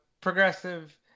progressive